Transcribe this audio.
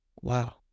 wow